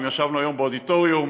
ואם ישבנו היום באודיטוריום,